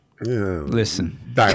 Listen